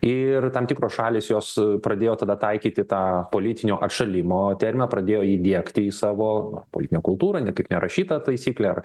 ir tam tikros šalys jos pradėjo tada taikyti tą politinio atšalimo terminą pradėjo jį diegti į savo politinę kultūrą ne kaip nerašytą taisyklę ar